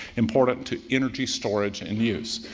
important to energy storage and use.